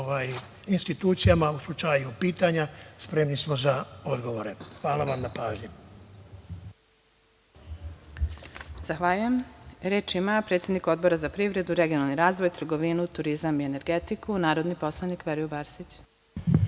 institucijama. U slučaju pitanja, spremni smo za sve odgovore. Hvala vam na pažnji. **Elvira Kovač** Zahvaljujem. Reč ima predsednik Odbora za privredu, regionalni razvoj, trgovinu, turizam i energetiku, narodni poslanik Veroljub Arsić.